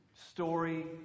Story